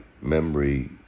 memory